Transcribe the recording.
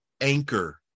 anchor